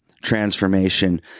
transformation